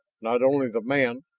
not only the man,